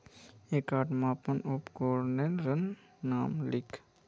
एकटा मापन उपकरनेर नाम लिख?